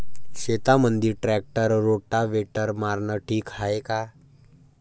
शेतामंदी tractor rotavator मारनं ठीक हाये का?